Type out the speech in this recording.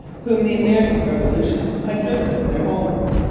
whom the american revolution had driven from their homes.